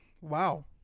wow